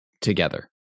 together